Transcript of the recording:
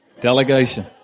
Delegation